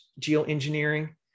Geoengineering